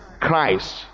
Christ